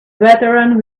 veteran